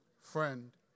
friend